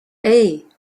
hey